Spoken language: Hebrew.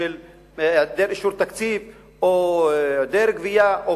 של היעדר אישור תקציב או היעדר גבייה.